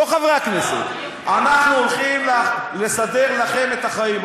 לא חברי הכנסת: אנחנו הולכים לסדר לכם את החיים.